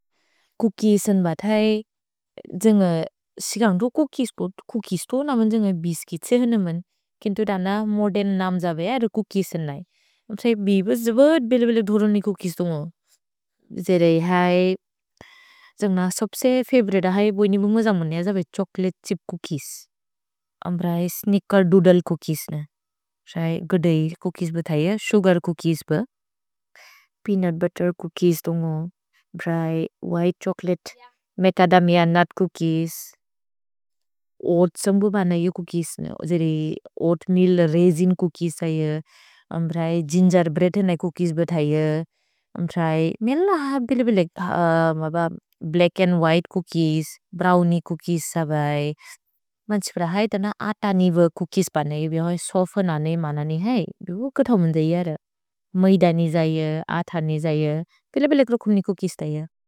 Cookies न्ब थै, जेन्ग सिगन्ग् तु चूकिएस् तु, चूकिएस् तु नमन् जेन्ग बिस्कि त्सेहेनेमन्, केन्तो तन मोदेर्न् नाम् जवे अर चूकिएस् नै। ओत्सै बिबस् ज्वोत् बेले-बेले धुरोनि चूकिएस् तुन्गो। जेरे है, जेन्ग सोब्से फवोरिते है बोइनि बुन्ग जमन् निअ जवे छोचोलते छिप् चूकिएस्। अम्ब्र है स्निच्केर् दूद्ले चूकिएस् न। प्रए गदै चूकिएस् ब थै य, सुगर् चूकिएस् ब। पेअनुत् बुत्तेर् चूकिएस् तुन्गो। प्रए white chocolate macadamia nut cookies. ओअत्सम्बु ब न यु चूकिएस् न। जेरे ओअत्मेअल् रैसिन् चूकिएस् है यु। अम्ब्र है, गिन्गेर् ब्रेअद् है न चूकिएस् ब थै यु। अम्ब्र है, मेल है बिले-बिले black and white cookies. Brownie cookies सबै। मन्सि प्रए है तन आत निव चूकिएस् ब न यु। भिहोइ सोफ्तेन् आनेइ मननेइ। हेइ, बिहो कथो मुन्दि यर। मैद निव है यु, आत निव है यु, बिले-बिले ब्लेच्क् रुकुनि चूकिएस् थै यु।